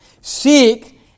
Seek